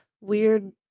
weird